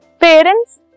parents